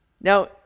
Now